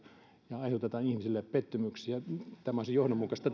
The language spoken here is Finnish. aiheutetaan ihmisille pettymyksiä tämä olisi johdonmukaista